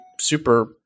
super